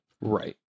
Right